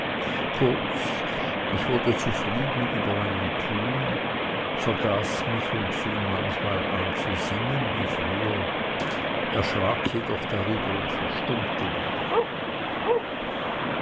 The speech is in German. kurz ich wurde zufrieden über meinem tun vergaß mich und fing manchmal an zu singen wie früher erschrak je doch darüber und verstummte wieder